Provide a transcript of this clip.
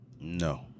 No